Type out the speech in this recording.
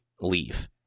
leave